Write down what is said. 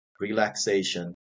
relaxation